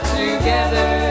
together